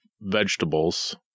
vegetables